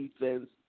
defense